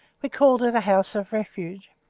we called it a house of refuge,